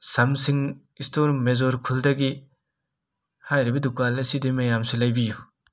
ꯁꯝꯁꯤꯡ store ꯃꯦꯖꯣꯔꯈꯨꯜꯗꯒꯤ ꯍꯥꯏꯔꯤꯕ ꯗꯨꯀꯥꯟ ꯑꯁꯤꯗꯒꯤ ꯃꯌꯥꯝꯁꯨ ꯂꯩꯕꯤꯌꯨ